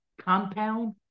compound